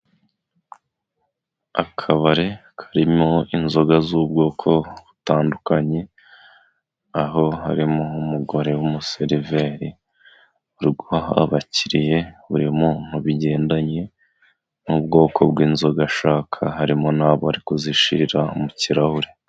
Akabari karimo inzoga z'ubwoko butandukanye aho harimo umugore w'umuseriveri uri guha abakiriye buri muntu bigendanye n'ubwoko bw'inzoga ashaka harimo n'abo ari kuzishyirira mu kirahure.